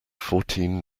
fourteen